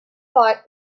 thought